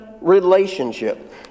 relationship